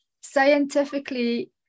scientifically